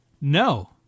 No